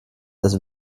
das